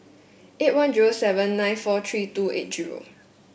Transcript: eight one zero seven nine four three two eight zero